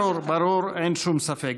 ברור, אין שום ספק.